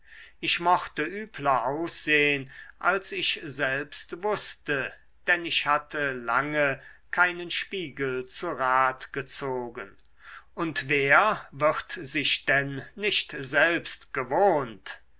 ich mochte übler aussehen als ich selbst wußte denn ich hatte lange keinen spiegel zu rat gezogen und wer wird sich denn nicht selbst gewohnt